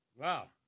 Wow